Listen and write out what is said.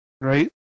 right